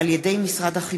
ובעקבות דיון מהיר בהצעתם